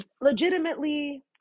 legitimately